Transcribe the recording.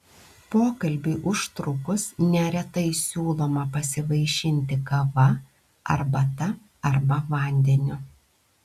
pokalbiui užtrukus neretai siūloma pasivaišinti kava arbata arba vandeniu